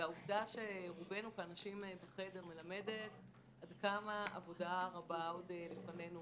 והעובדה שרובנו כאן נשים בחדר מלמדת עד כמה עבודה רבה עוד לפנינו.